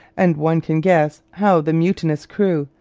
and one can guess how the mutinous crew,